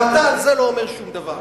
ואתה על זה לא אומר שום דבר.